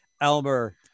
Elmer